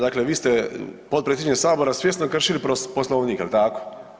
Dakle, vi ste potpredsjedniče sabora svjesno kršili Poslovnik, jel tako?